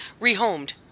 rehomed